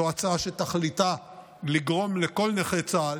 זו הצעה שתכליתה היא לגרום לכל נכה צה"ל